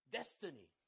destiny